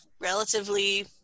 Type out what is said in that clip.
relatively